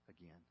again